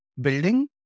building